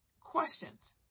Questions